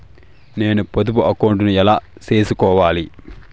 నేను పొదుపు అకౌంటు ను ఎలా సేసుకోవాలి?